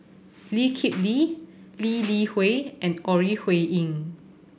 Lee Kip Lee Lee Li Hui and Ore Huiying